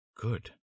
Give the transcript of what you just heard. Good